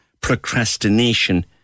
procrastination